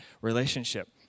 relationship